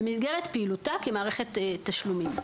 במסגרת פעילותה כמערכת התשלומים.